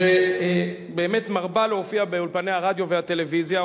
שבאמת מרבה להופיע באולפני הרדיו והטלוויזיה,